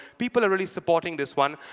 people are really supporting this one.